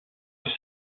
que